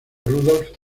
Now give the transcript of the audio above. rudolf